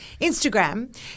Instagram